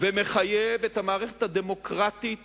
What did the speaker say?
מחייב את המערכת הדמוקרטית